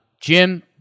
Jim